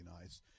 nice